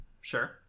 Sure